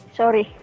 sorry